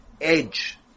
edge